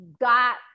got